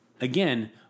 Again